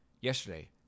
Yesterday